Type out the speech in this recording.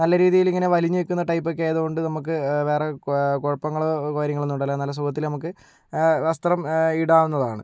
നല്ല രീതിയിൽ ഇങ്ങനെ വലിഞ്ഞു നിൽക്കുന്ന ടൈപ്പ് ഒക്കെ ആയത് കൊണ്ട് നമുക്ക് വേറെ കുഴപ്പങ്ങളോ കാര്യങ്ങളോ ഒന്നുമില്ല നല്ല സുഖത്തില് നമുക്ക് വസ്ത്രം ഇടാവുന്നതാണ്